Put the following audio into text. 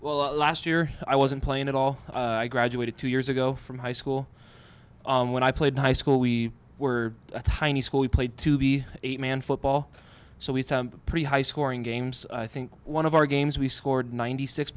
well last year i wasn't playing at all i graduated two years ago from high school when i played high school we were a tiny school we played to be eight man football so we pretty high scoring games i think one of our games we scored ninety six